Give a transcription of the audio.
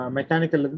Mechanical